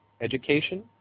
education